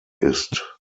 ist